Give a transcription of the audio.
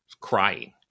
crying